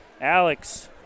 Alex